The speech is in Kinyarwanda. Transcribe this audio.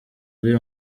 uri